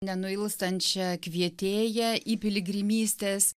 nenuilstančią kvietėją į piligrimystes